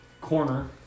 corner